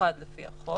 מיוחד לפי החוק.